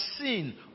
seen